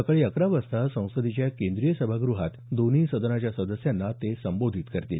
सकाळी अकरा वाजता संसदेच्या केंद्रीय सभाग्रहात दोन्ही सदनाच्या सदस्यांना ते संबोधित करतील